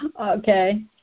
Okay